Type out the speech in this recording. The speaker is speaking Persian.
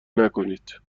نکنید